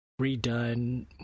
redone